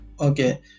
Okay